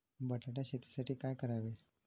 बटाटा शेतीसाठी काय करावे?